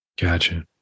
Gotcha